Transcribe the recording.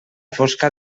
fosca